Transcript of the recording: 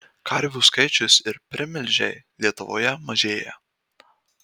karvių skaičius ir primilžiai lietuvoje mažėja